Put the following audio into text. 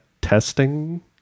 Testing